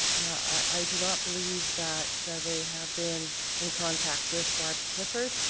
i do not believe that they have been in contact with barb clifford,